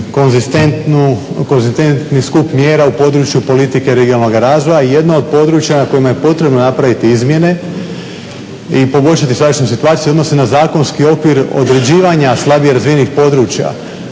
konzistentni skup mjera u području politike regionalnog razvoja jedna od područja na kojima je potrebno napraviti izmjene i poboljšati sadašnju situaciju u odnosu na zakonski okvir određivanja slabije razvijenim područja.